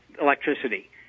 electricity